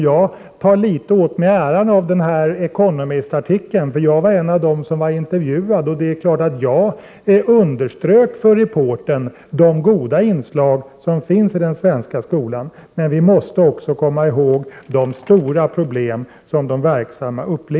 Jag tar litet åt mig äran av artikeln i The Economist. Jag var en av dem som blev intervjuade. Det är klart att jag underströk för reportern de goda inslagen i den svenska skolan. Men vi måste också komma ihåg de stora problem som Prot. 1988/89:63 de verksamma inom skolan upplever.